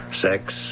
sex